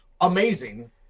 Amazing